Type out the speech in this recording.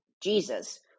jesus